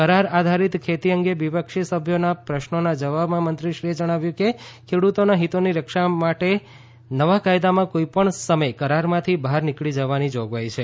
કરાર આધારિત ખેતી અંગે વિપક્ષી સભ્યોના પ્રશ્નોના જવાબમાં મંત્રીશ્રીએ જણાવ્યું કે ખેડુતોના હિતોની રક્ષા માટે નવા કાયદામાં કોઈપણ સમયે કરારમાંથી બહાર નીકળી જવાની જોગવાઈ છે